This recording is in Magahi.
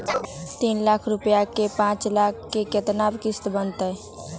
तीन लाख रुपया के पाँच साल के केतना किस्त बनतै?